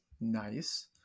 Nice